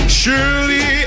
surely